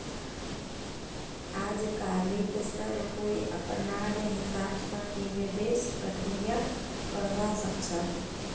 आजकालित सब कोई अपनार हिसाब स निवेशेर प्रक्रिया करवा सख छ